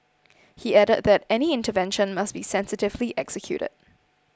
he added that any intervention must be sensitively executed